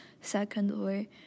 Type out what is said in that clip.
Secondly